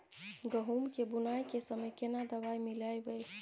गहूम के बुनाई के समय केना दवाई मिलैबे?